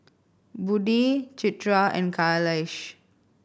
Budi Citra and Khalish